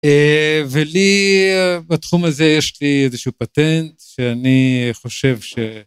ולי בתחום הזה יש לי איזשהו פטנט שאני חושב ש...